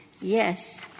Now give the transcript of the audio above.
yes